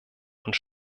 und